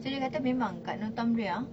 so dia kata memang kat northumbria